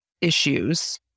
issues